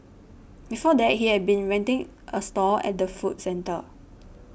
before that he had been renting a stall at the food centre